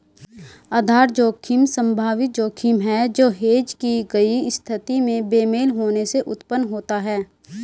आधार जोखिम संभावित जोखिम है जो हेज की गई स्थिति में बेमेल होने से उत्पन्न होता है